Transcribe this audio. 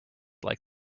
like